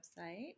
website